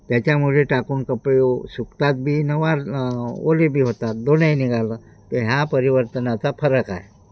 त्याच्यामुळे टाकून कपडे सुकतात बी न वर ओलेबी होतात दोनही निघालं ते ह्या परिवर्तनाचा फरक आहे